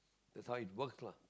that's how it works lah